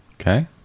Okay